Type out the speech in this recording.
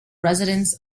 residence